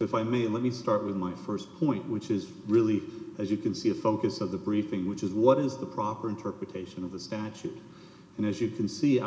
if i may let me start with my st point which is really as you can see a focus of the briefing which is what is the proper interpretation of the statute and as you can see